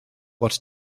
what